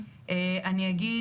אני אגיד